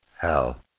hell